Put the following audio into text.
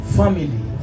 family